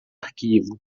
arquivo